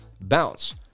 Bounce